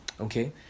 Okay